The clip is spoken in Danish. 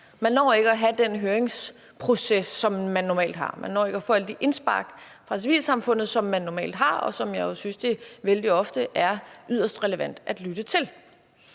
Man når ikke at have den høringsproces, som man normalt har, man når ikke at få alle de indspark fra civilsamfundet, som man normalt har, og som jeg synes det vældig ofte er yderst relevant at lytte til.